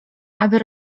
aby